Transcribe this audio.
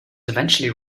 eventually